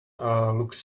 looked